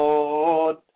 Lord